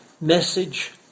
message